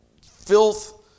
filth